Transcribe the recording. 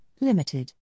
limited